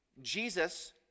Jesus